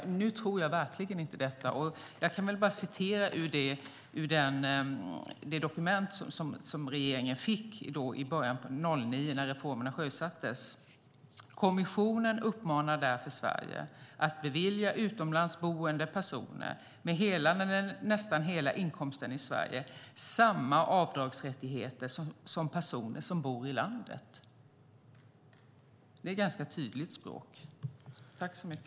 Nu tror jag verkligen inte detta. Jag kan läsa ur det dokument som regeringen fick i början av 2009 när reformerna sjösattes: Kommissionen uppmanar därför Sverige att bevilja utomlandsboende personer med hela eller nästan hela inkomsten i Sverige samma avdragsrättigheter som personer som bor i landet. Det är ganska tydligt språk.